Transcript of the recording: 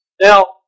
Now